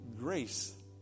grace